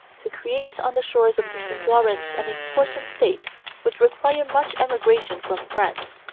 to create on the shores of the st lawrence an important state would require much emigration from france,